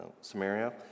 Samaria